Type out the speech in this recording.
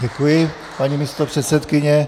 Děkuji, paní místopředsedkyně.